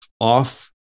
off